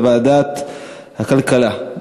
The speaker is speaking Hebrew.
לוועדת הכלכלה נתקבלה.